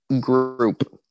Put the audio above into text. group